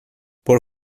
por